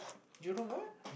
you don't what